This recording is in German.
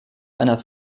einer